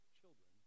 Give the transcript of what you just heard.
children